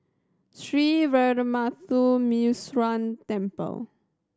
Sree Veeramuthu Muneeswaran Temple